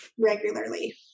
regularly